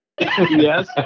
Yes